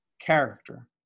character